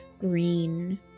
green